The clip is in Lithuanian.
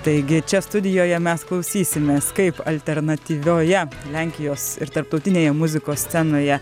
taigi čia studijoje mes klausysimės kaip alternatyvioje lenkijos ir tarptautinėje muzikos scenoje